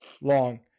long